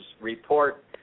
report